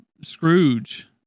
Scrooge